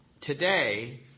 today